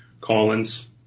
Collins